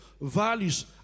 values